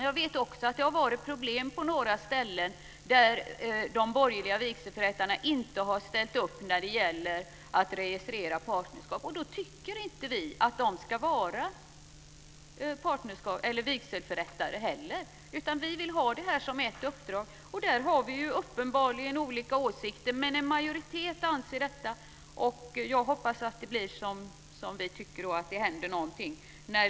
Jag vet att det har varit problem på några ställen där de borgerliga vigselförrättarna inte har ställt upp för att registrera partnerskap. Vi tycker inte att de då ska vara vigselförrättare. Vi vill ha det som ett uppdrag. Där har vi uppenbarligen olika åsikter. En majoritet anser detta, och jag hoppas att det blir som vi tycker och att det händer någonting.